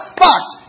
fact